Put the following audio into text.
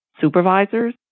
supervisors